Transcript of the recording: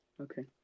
okay